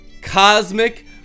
Cosmic